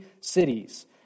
cities